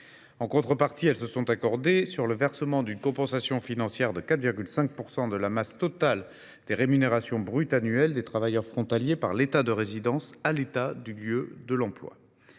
En contrepartie, elles se sont accordées sur le versement d’une compensation financière de 4,5 % de la masse totale des rémunérations brutes annuelles des travailleurs frontaliers par l’État de résidence à l’État du lieu de l’emploi.